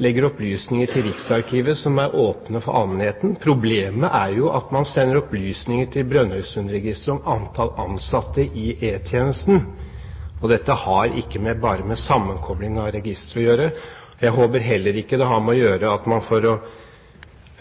legger opplysninger til Riksarkivet som er åpne for allmennheten. Problemet er jo at man sender opplysninger til Brønnøysundregisteret om antall ansatte i E-tjenesten. Dette har ikke bare med sammenkobling av registre å gjøre. Jeg håper det heller ikke har å gjøre med at man for å